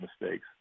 mistakes